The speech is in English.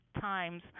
times